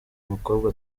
mukobwa